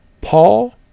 Paul